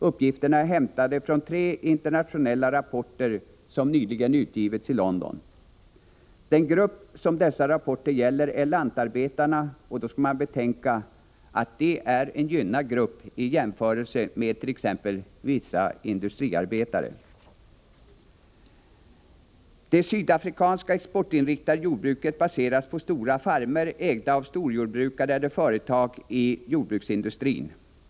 Uppgifterna är hämtade från tre internationella rapporter som nyligen har utgivits i London. Den grupp som dessa rapporter gäller är lantarbetarna, och då skall man betänka att de är en gynnad grupp i jämförelse med t.ex. vissa industriarbetare. Det sydafrikanska exportinriktade jordbruket baseras på stora farmer, ägda av storjordbrukare eller företag i jordbruksindustrin.